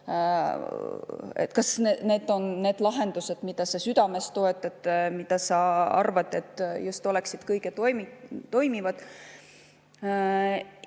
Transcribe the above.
kas need on need lahendused, mida sa südames toetad ja arvad, et need oleksid kõige toimivamad.